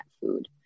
food